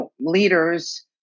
leaders